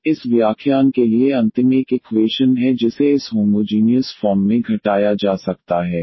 अब इस व्याख्यान के लिए अंतिम एक इक्वेशन है जिसे इस होमोजीनियस फॉर्म में घटाया जा सकता है